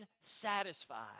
satisfied